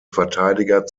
verteidiger